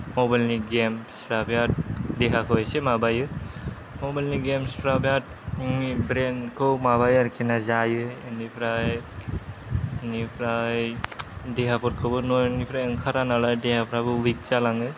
मबाइलनि गेम्स सोरबा बिराद देहाखौ एसे माबायो मबाइलनि गेम्सफ्रा बिराद जोंनि ब्रेनखौ माबायो आरोखिना जायो बेनिफ्राय बेनिफ्राय देहाफोरखौबो न'निफ्राय ओंखारा नालाय देहाफोराबो उविक जालाङो